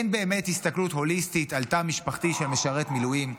אין באמת הסתכלות הוליסטית על תא משפחתי של משרת מילואים.